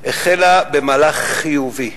החלה במהלך חיובי.